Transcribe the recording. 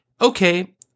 Okay